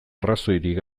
arrazoirik